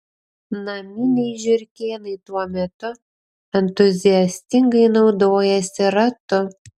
naminiai žiurkėnai tuo metu entuziastingai naudojasi ratu